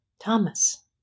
Thomas